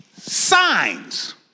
signs